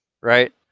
right